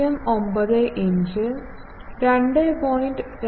09 inch 2